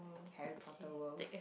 Harry-Potter world